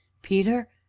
peter?